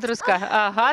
druska aha